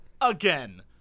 Again